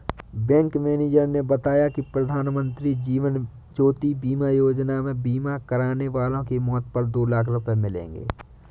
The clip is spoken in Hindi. बैंक मैनेजर ने बताया कि प्रधानमंत्री जीवन ज्योति बीमा योजना में बीमा वाले की मौत पर दो लाख रूपये मिलेंगे